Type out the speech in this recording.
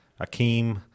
Akeem